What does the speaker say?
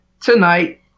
tonight